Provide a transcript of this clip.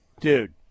Dude